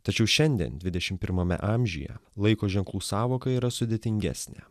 tačiau šiandien dvidešim pirmame amžiuje laiko ženklų sąvoka yra sudėtingesnė